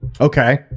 Okay